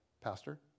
Pastor